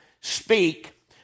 speak